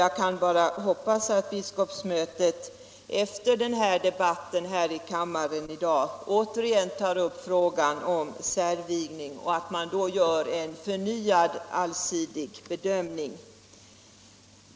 Jag kan bara hoppas att biskopsmötet efter debatten i kammaren i dag återigen tar upp frågan om särvigning och då gör en förnyad och allsidig bedömning.